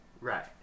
Right